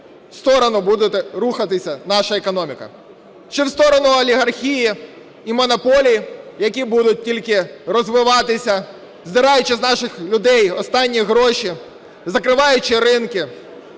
сторону буде рухатися наша економіка: чи в сторону олігархії і монополії, які будуть тільки розвиватися, здираючи з наших людей останні гроші, закриваючи ринки,